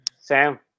Sam